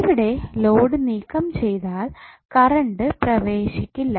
ഇവിടെ ലോഡ് നീക്കം ചെയ്താൽ കറണ്ട് പ്രവേശിഹിക്കില്ല